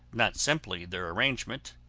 not simply their arrangement,